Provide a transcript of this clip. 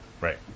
Right